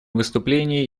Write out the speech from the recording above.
выступлении